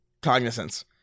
cognizance